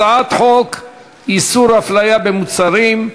הצעת חוק איסור הפליה במוצרים,